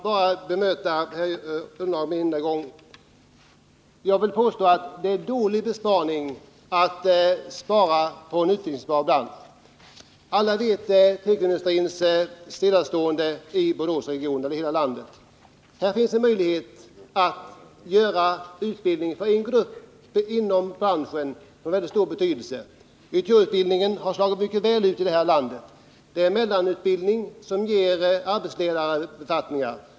Herr talman! Jag vill bara säga till herr Ullenhag att det är dålig ekonomi att spara när det gäller en i utbildningshänseende utvecklingsbar bransch. Alla vet att tekoindustrin står stilla i Boråsregionen liksom i hela landet. Här finns det möjlighet att ordna utbildning för en grupp inom branschen, och det är av mycket stor betydelse. Den yrkestekniska högskoleutbildningen har slagit mycket väl ut. Det rör sig om en mellanutbildning som ger arbetsledarbefattningar.